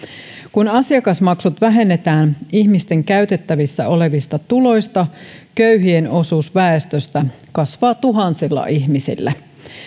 kun asiakasmaksut vähennetään ihmisten käytettävissä olevista tuloista köyhien osuus väestöstä kasvaa tuhansilla ihmisillä